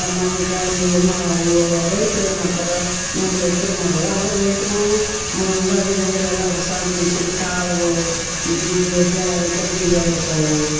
ನಮ್ಗೆ ಅಂದೇವ್ ರೈತ್ರು ಏನು ಮಾಡ್ತಾರೆ ನಾವು ರೈತ್ರ ಮಗಳ ಆದ್ರೆ ರೈತರು ಮ ಉಗಾದಿಗಂದ್ರೆ ಎಲ್ಲ ಹೊಸ ದಿನ್ಸದ್ದು ಕಾಳುಗಳು ಇದ್ದಿದ್ದು ಬ್ಯಾಳೆ ಕಡ್ಲೆಬ್ಯಾಳೆ ಹೊಸದು